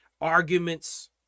arguments